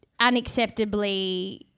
unacceptably